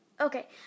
Okay